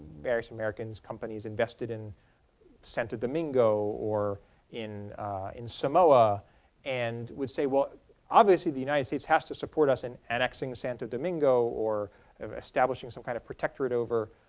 various american companies invested in santo domingo or in in samoa and would say well obviously the united states has to support us in annexing santo domingo or establishing some kind of protectorate over